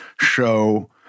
show